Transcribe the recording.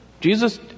Jesus